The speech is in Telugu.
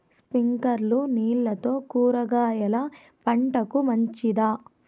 స్ప్రింక్లర్లు నీళ్లతో కూరగాయల పంటకు మంచిదా?